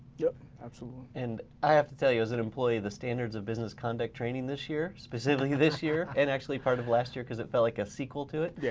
yep, absolutely. and i have to tell you as an employee the standards of business conduct training this year specifically this year. and actually part of last year, cause it felt like a sequel to it. yeah